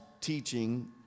teaching